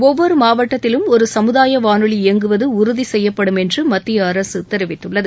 ஒவ்வொரு மாவட்டத்திலும் ஒரு சமுதாய வானொலி இயங்குவது உறுதி செய்யப்படும் என்று மத்திய அரசு தெரிவித்துள்ளது